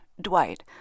Dwight